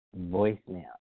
voicemail